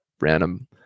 random